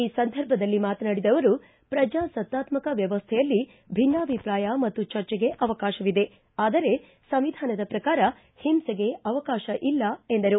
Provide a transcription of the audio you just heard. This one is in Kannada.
ಈ ಸಂದರ್ಭದಲ್ಲಿ ಮಾತನಾಡಿದ ಅವರು ಪ್ರಜಾಸತ್ತಾತ್ಮಕ ವ್ವವಸ್ಥೆಯಲ್ಲಿ ಭಿನ್ನಾಭಿಪ್ರಾಯ ಮತ್ತು ಚರ್ಜೆಗೆ ಅವಕಾಶವಿದೆ ಆದರೆ ಸಂವಿಧಾನದ ಪ್ರಕಾರ ಹಿಂಸೆಗೆ ಅವಕಾಶ ಇಲ್ಲ ಎಂದರು